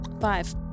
five